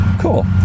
Cool